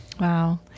Wow